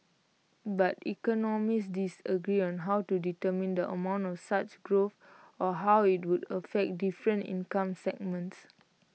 but economists disagree on how to determine the amount of such growth or how IT would affect different income segments